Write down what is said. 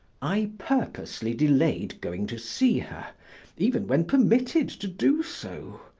i purposely delayed going to see her even when permitted to do so,